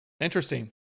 Interesting